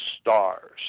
stars